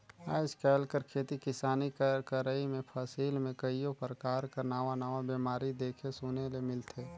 आएज काएल कर खेती किसानी कर करई में फसिल में कइयो परकार कर नावा नावा बेमारी देखे सुने ले मिलथे